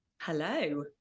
Hello